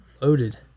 loaded